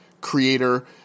creator